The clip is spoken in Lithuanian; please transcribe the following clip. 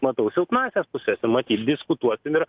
matau silpnąsias puses matyt diskutuokim ir